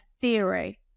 theory